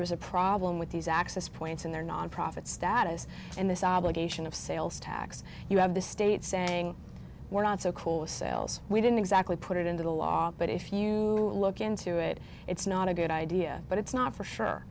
is a problem with these access points in their nonprofit status and this obligation of sales tax you have the state saying we're not so cool sells we didn't exactly put it into the law but if you look into it it's not a good idea but it's not for sure